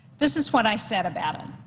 this is what i said about it.